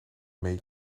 mee